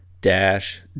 dash